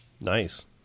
nice